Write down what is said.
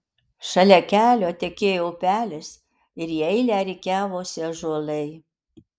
šalia kelio tekėjo upelis ir į eilę rikiavosi ąžuolai